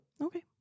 Okay